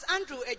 Andrew